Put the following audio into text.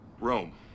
Rome